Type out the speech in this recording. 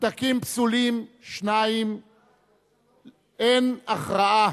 פתקים פסולים, 2. אין הכרעה.